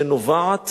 שנובעת